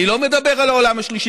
אני לא מדבר על העולם השלישי,